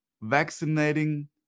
vaccinating